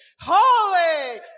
holy